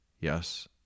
Yes